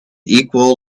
equal